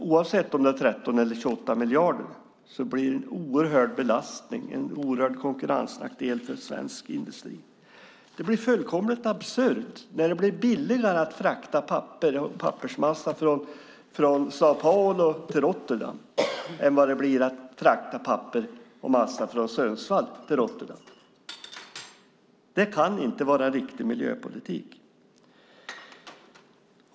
Oavsett om det är 13 eller 28 miljarder blir det en oerhörd belastning, konkurrensnackdel, för svensk industri. Det blir fullkomligt absurt när det blir billigare att frakta papper och pappersmassa från São Paulo till Rotterdam än vad det blir att frakta papper och pappersmassa från Sundsvall till Rotterdam. Det kan inte vara riktig miljöpolitik.